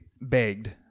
begged